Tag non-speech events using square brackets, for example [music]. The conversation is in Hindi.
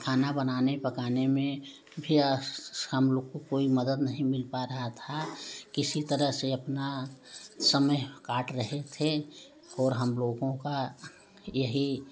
खाना बनाने पकाने में [unintelligible] हम लोग को कोई मदद नहीं मिल पा रहा था किसी तरह से अपना समय काट रहे थे और हम लोगों का यही